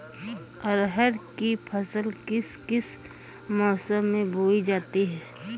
अरहर की फसल किस किस मौसम में बोई जा सकती है?